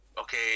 okay